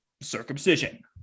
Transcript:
circumcision